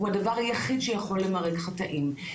הוא הדבר היחיד שיכול למרק חטאים,